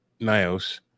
Nios